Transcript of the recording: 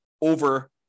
over